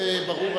זה ברור,